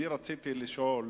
אני רציתי לשאול,